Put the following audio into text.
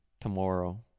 tomorrow